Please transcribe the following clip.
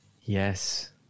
Yes